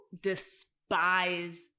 despise